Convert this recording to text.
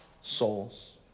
souls